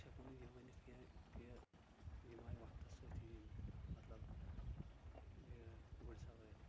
أسۍ ہٮ۪کو نہٕ یہِ ؤنِتھ کیٚنٛہہ کہ یِم آے وقتس سۭتی مطلب یہِ گُرۍ سوأرۍ